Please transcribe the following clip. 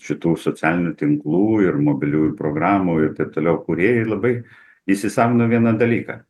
šitų socialinių tinklų ir mobiliųjų programų ir taip toliau kūrėjai labai įsisavino vieną dalyką